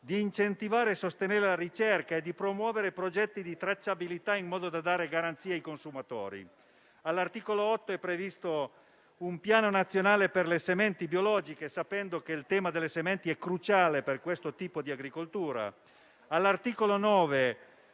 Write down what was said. incentivare e sostenere la ricerca promuovendo progetti di tracciabilità, in modo da dare garanzie ai consumatori. All'articolo 8 è previsto un Piano nazionale delle sementi biologiche, sapendo che il tema delle sementi è cruciale per questo tipo di agricoltura. All'articolo 9